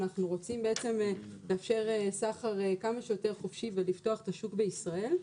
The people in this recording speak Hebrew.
אנחנו רוצים בעצם לאפשר סחר כמה שיותר חופשי ולפתוח את השוק בישראל.